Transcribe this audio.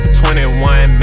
21